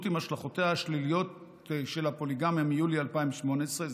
עם השלכותיה השליליות של הפוליגמיה מיולי 2018,